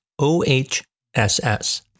OHSS